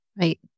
right